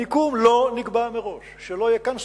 המקום לא נקבע מראש, שלא יהיה כאן ספק.